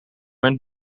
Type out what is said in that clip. mijn